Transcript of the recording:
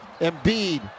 Embiid